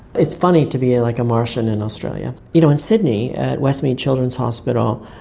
it's funny to be like a martian in australia. you know in sydney, at westmead children's hospital,